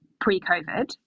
pre-COVID